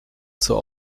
zur